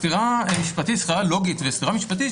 סתירה לוגית וסתירה משפטית,